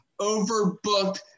overbooked